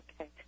Okay